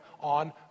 on